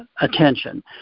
attention